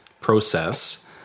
process